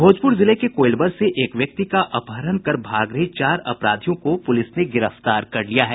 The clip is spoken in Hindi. भोजपुर जिले के कोईलवर से एक व्यक्ति का अपहरण कर भाग रहे चार अपराधियों को पुलिस ने गिरफ्तार कर लिया है